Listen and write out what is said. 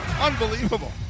Unbelievable